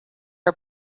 are